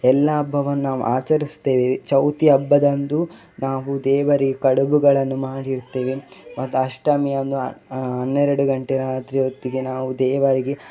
ಎಲ್ಲ ಹಬ್ಬವನ್ನು ನಾವು ಆಚರಿಸ್ತೇವೆ ಚೌತಿ ಹಬ್ಬದಂದು ನಾವು ದೇವರಿಗೆ ಕಡುಬುಗಳನ್ನು ಮಾಡಿ ಇಡ್ತೇವೆ ಮತ್ತು ಅಷ್ಟಮಿಯಂದು ಹನ್ನೆರಡು ಗಂಟೆ ರಾತ್ರಿ ಹೊತ್ತಿಗೆ ನಾವು ದೇವರಿಗೆ